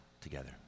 together